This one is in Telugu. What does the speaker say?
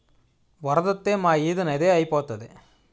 వరదొత్తే మా ఈది నదే ఐపోతాది